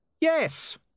Yes